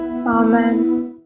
Amen